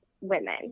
women